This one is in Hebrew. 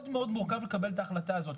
מאוד מאוד מורכב לקבל את ההחלטה הזאת.